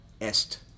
Est